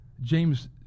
James